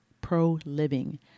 pro-living